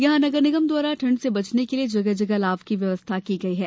यहां नगर निगम द्वारा ठंड से बचने के लिए जगह जगह अलाव की व्यवस्था की गयी है